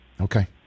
Okay